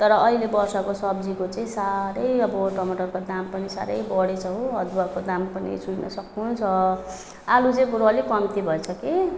तर अहिले वर्षको सब्जीको चाहिँ साह्रै अब टमाटर त दाम पनि साह्रै बढेछ हौ अदुवाको दाम पनि छोई नसक्नु छ आलु चाहिँ बरू अलिक कम्ती भन्छ कि